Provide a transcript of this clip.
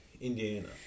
Indiana